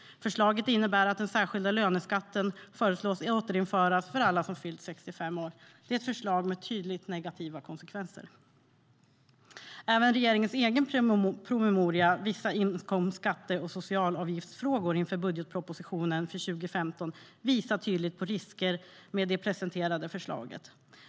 Förslaget innebär att den särskilda löneskatten föreslås återinföras för alla som fyllt 65 år. Det är ett förslag med tydligt negativa konsekvenser. inför budgetpropositionen för 2015 visar tydligt på risker med det presenterade förslaget.